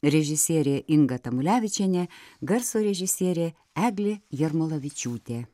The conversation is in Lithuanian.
režisierė inga tamulevičienė garso režisierė eglė jarmolavičiūtė